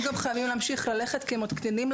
גם חייבים להמשיך ללכת כי עוד קטינים,